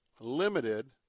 limited